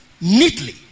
neatly